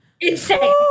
insane